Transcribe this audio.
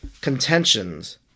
contentions